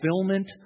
fulfillment